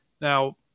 now